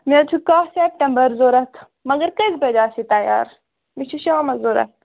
مےٚ حظ چھُ کاہ سیٚپٹمبَر ضوٚرَتھ مگر کٔژِ بَجہِ آسہِ یہِ تَیار مےٚ چھُ شامَس ضوٚرَتھ